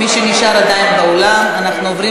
אנחנו עוברים